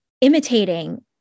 imitating